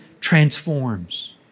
transforms